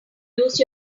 use